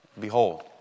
Behold